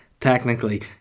Technically